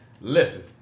listen